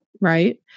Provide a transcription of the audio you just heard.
right